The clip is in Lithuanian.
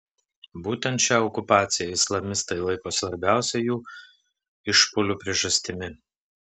būtent šią okupaciją islamistai laiko svarbiausia jų išpuolių priežastimi